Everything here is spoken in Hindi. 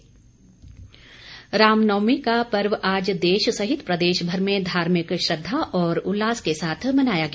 रामनवमी रामनवमी का पर्व आज देश सहित प्रदेश भर में धार्मिक श्रद्धा और उल्लास के साथ मनाया गया